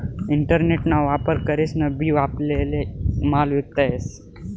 internet ना वापर करीसन बी आपल्याले माल विकता येस